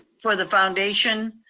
for the foundation.